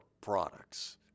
products